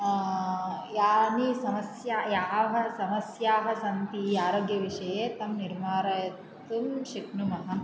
यानि समस्या याव समस्याः सन्ति आरोग्यविषये तं निर्मारयितुं शक्नुमः